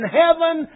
heaven